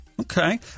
Okay